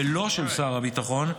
ולא של שר הביטחון,